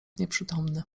nieprzytomny